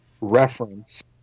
reference